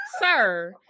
Sir